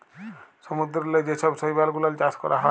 সমুদ্দূরেল্লে যে ছব শৈবাল গুলাল চাষ ক্যরা হ্যয়